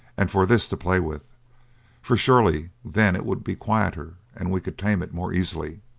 and for this to play with for surely then it would be quieter and we could tame it more easily.